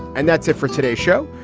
and that's it for today's show,